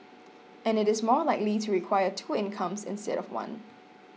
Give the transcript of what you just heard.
and it is more likely to require two incomes instead of one